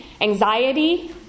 anxiety